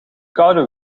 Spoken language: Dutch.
koude